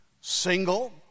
single